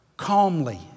Calmly